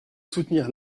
soutenir